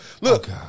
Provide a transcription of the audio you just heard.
Look